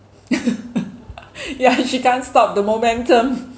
ya she can't stop the momentum